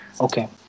okay